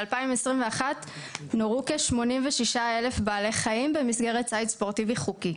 ב-2021 נורו כ-86,000 בעלי חיים במסגרת ציד ספורטיבי חוקי.